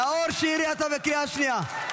נאור שירי, אתה בקריאה שנייה.